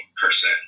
person